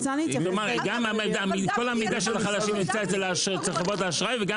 כל המידע של החלשים נמצא אצל חברות האשראי וגם